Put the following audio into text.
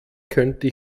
könnte